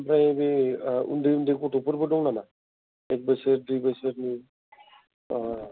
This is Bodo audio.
ओमफ्राय बे उन्दै उन्दै गथ'फोरबो दं नामा एक बोसोर दुइ बोसोरनि अह